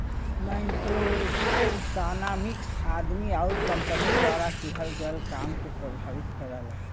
macroeconomics आदमी आउर company द्वारा किहल गयल काम के प्रभावित करला